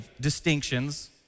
distinctions